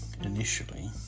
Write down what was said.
initially